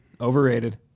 Overrated